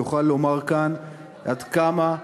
יוכל לומר כאן עד כמה,